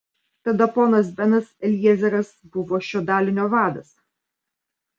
tada ponas benas eliezeras buvo šio dalinio vadas